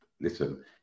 Listen